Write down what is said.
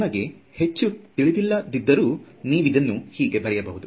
ನಿಮಗೆ ಹೆಚ್ಚು ತಿಳಿದಿಲ್ಲದಿದ್ದರು ನೀವಿದನ್ನು ಹೀಗೆ ಬರೆಯಬಹುದು